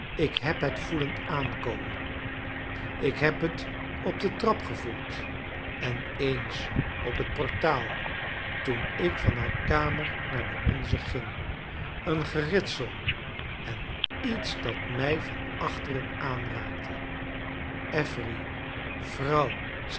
ik heb het voelen aankomen ik heb het op de trap gevoeld en eens op het portaal toen ik van haar karner naar de onze ging een geritsel en iets dat mij van achteren aanraakte affery vrouw